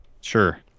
Sure